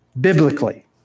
biblically